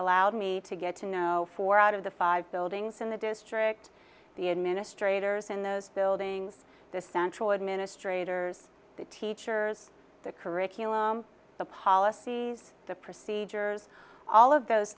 loud me to get to know four out of the five buildings in the district the administrators in those buildings the central administrators the teachers the curriculum the policies the procedures all of those